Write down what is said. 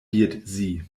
sie